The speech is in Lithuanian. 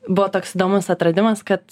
buvo toks įdomus atradimas kad